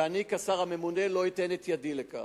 ואני, כשר הממונה, לא אתן ידי לכך.